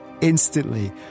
instantly